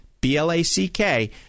B-L-A-C-K